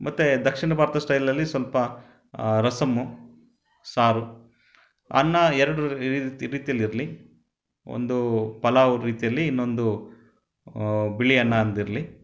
ಮತ್ತು ದಕ್ಷಿಣ ಭಾರತ ಸ್ಟೈಲಲ್ಲಿ ಸ್ವಲ್ಪ ರಸಂ ಸಾರು ಅನ್ನ ಎರಡು ರೀತಿಯಲ್ಲಿ ಇರಲಿ ಒಂದು ಪಲಾವ್ ರೀತಿಯಲ್ಲಿ ಇನ್ನೊಂದು ಬಿಳಿ ಅನ್ನ ಒಂದು ಇರಲಿ